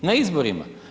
Na izborima.